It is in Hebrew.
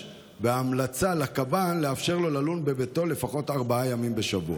והמליצה לקב"ן לאפשר לו ללון בביתו לפחות ארבעה ימים בשבוע.